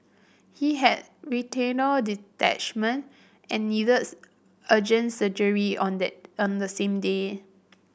he had retinal detachment and needed urgent surgery on the on the same day